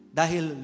dahil